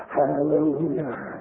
hallelujah